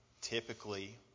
typically